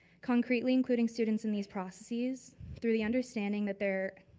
concretely including students in these processes through the understanding that they're,